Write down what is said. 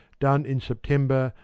done in september,